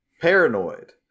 paranoid